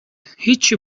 هیچی